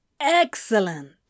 Excellent